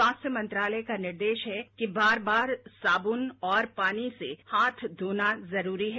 स्घ्वास्ध्ध्य मंत्रालय का निर्देश है कि बार बार साबुन और पानी से हाथ धोना जरूरी है